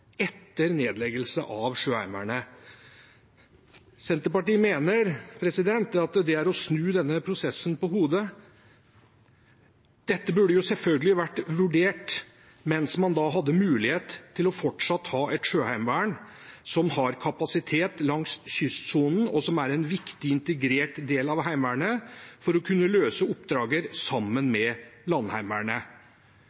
etter nedleggelse av Sjøheimevernet. Senterpartiet mener at det er å snu denne prosessen på hodet. Dette burde selvfølgelig ha vært vurdert mens man hadde mulighet til fortsatt å ha et sjøheimevern som har kapasitet langs kystsonen, og som er en viktig integrert del av Heimevernet for å kunne løse oppdrag sammen